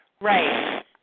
Right